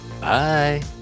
Bye